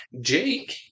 Jake